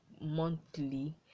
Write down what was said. monthly